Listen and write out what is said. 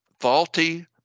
faulty